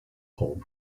hold